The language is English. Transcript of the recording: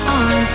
on